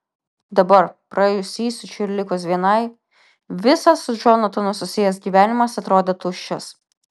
dabar praėjus įsiūčiui ir likus vienai visas su džonatanu susijęs gyvenimas atrodė tuščias